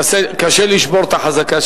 קשה לשבור את החזקה,